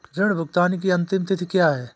ऋण भुगतान की अंतिम तिथि क्या है?